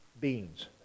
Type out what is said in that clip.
Beans